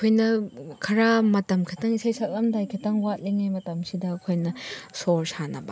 ꯑꯩꯈꯣꯏꯅ ꯈꯔ ꯃꯇꯝ ꯈꯤꯇꯪ ꯏꯁꯩ ꯁꯛꯂꯝꯗꯥꯏ ꯈꯤꯇꯪ ꯋꯥꯠꯂꯤꯉꯩ ꯃꯇꯝꯁꯤꯗ ꯑꯩꯈꯣꯏꯅ ꯁꯣꯔ ꯁꯥꯟꯅꯕ